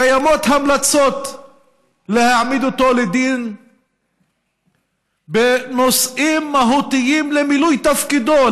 קיימות המלצות להעמיד אותו לדין בנושאים מהותיים למילוי תפקידו,